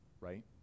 right